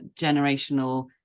generational